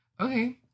Okay